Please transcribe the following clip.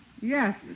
Yes